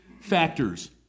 factors